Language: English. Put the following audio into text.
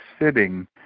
sitting